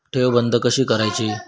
ठेव बंद कशी करायची?